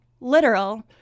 literal